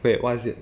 wait what is it